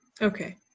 Okay